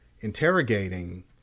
interrogating